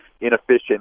inefficient